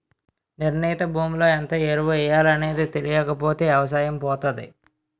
నిర్ణీత భూమిలో ఎంత ఎరువు ఎయ్యాలనేది తెలీకపోతే ఎవసాయం పోతాది